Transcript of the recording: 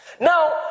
Now